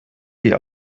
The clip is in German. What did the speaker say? die